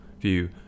view